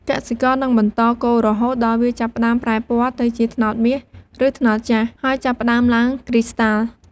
កសិករនឹងបន្តកូររហូតដល់វាចាប់ផ្តើមប្រែពណ៌ទៅជាត្នោតមាស ឬត្នោតចាស់ ហើយចាប់ផ្តើមឡើងគ្រីស្តាល់។